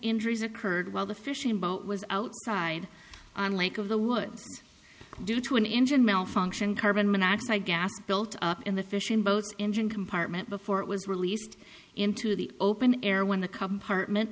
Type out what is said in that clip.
injuries occurred while the fishing boat was outside on lake of the woods due to an engine malfunction carbon monoxide gas built up in the fishing boat engine compartment before it was released into the open air when the cum partment